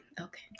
okay